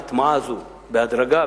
ההטמעה הזו היא בהדרגה,